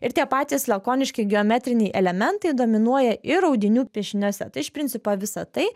ir tie patys lakoniški geometriniai elementai dominuoja ir audinių piešiniuose tai iš principo visa tai